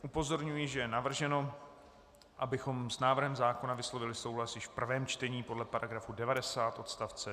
Upozorňuji, že je navrženo, abychom s návrhem zákona vyslovili souhlas již v prvém čtení podle § 90 odst.